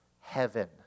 heaven